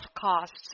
costs